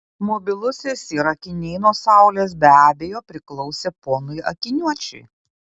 mobilusis ir akiniai nuo saulės be abejo priklausė ponui akiniuočiui